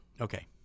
Okay